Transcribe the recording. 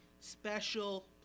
special